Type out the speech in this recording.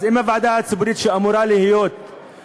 אז אם הוועדה הציבורית אמורה לקבוע